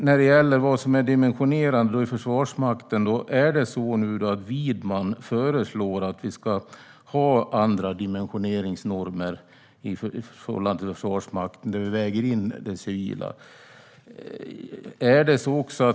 När det gäller dimensionerande i Försvarsmakten föreslår Widman nu att vi ska ha andra dimensioneringsnormer i förhållande till Försvarsmakten där vi väger in det civila.